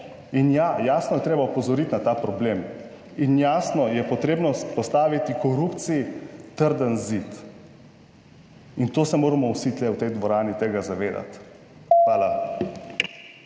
In ja, jasno je treba opozoriti na ta problem in jasno je potrebno vzpostaviti korupciji trden zid in to se moramo vsi tu v tej dvorani tega zavedati. Hvala.